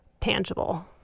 tangible